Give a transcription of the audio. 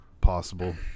possible